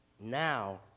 Now